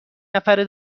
نفره